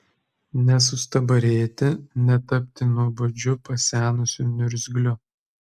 nesustabarėti netapti nuobodžiu pasenusiu niurzgliu